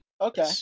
Okay